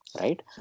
right